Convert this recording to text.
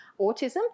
autism